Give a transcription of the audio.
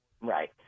Right